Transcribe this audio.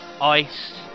ice